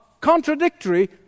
contradictory